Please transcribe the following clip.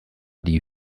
die